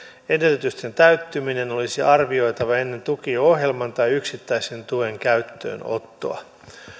edellytysten täyttyminen olisi arvioitava ennen tukiohjelman tai yksittäisen tuen käyttöönottoa